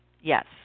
Yes